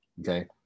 Okay